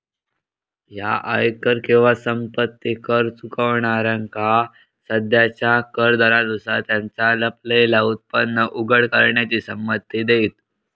ह्या आयकर किंवा संपत्ती कर चुकवणाऱ्यांका सध्याच्या कर दरांनुसार त्यांचा लपलेला उत्पन्न उघड करण्याची संमती देईत